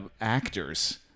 actors